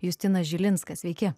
justinas žilinskas veiki